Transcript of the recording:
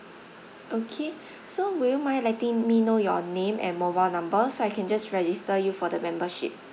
okay so would you mind letting me know your name and mobile number so I can just register you for the membership